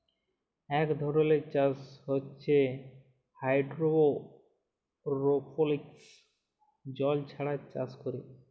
ইক ধরলের চাষ হছে হাইডোরোপলিক্স জল ছাড়া চাষ ক্যরে